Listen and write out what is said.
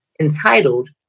entitled